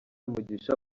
mugisha